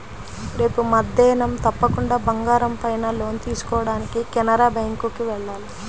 రేపు మద్దేన్నం తప్పకుండా బంగారం పైన లోన్ తీసుకోడానికి కెనరా బ్యేంకుకి వెళ్ళాలి